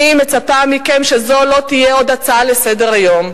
אני מצפה מכם שזו לא תהיה עוד הצעה לסדר-היום.